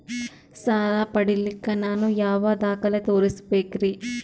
ಸಾಲ ಪಡಿಲಿಕ್ಕ ನಾನು ಯಾವ ದಾಖಲೆ ತೋರಿಸಬೇಕರಿ?